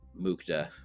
Mukta